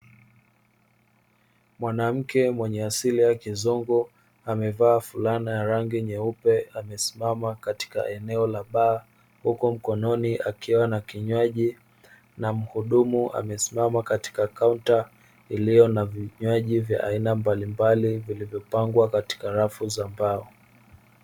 Mwanamke mwenye asili ya kizungu amevaa fulana ya rangi nyeupe amesimama katika eneo la baa, huko mkononi akiwa na kinywaji na mhudumu amesimama katika kaunta iliyo na vinywaji vya aina mbalimbali vilivyopangwa katika rafu za mbao.